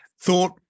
thought